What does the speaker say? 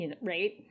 Right